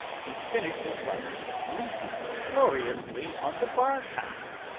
he finishes by leaping gloriously on the bar-counter,